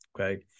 Okay